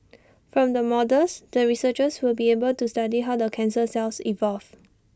from the models the researchers will be able to study how the cancer cells evolve